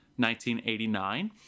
1989